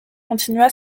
continua